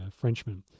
Frenchman